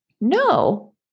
No